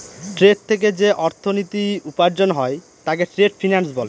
trade থেকে যে অর্থনীতি উপার্জন হয় তাকে ট্রেড ফিন্যান্স বলে